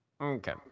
Okay